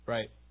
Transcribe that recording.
Right